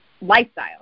lifestyle